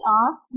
off